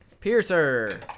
Piercer